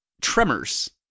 Tremors